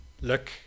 look